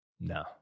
No